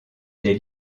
des